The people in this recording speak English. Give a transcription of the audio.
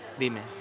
Dime